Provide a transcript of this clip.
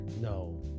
No